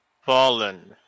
Fallen